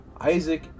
Isaac